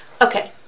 Okay